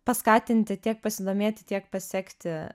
paskatinti tiek pasidomėti tiek pasekti